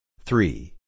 Three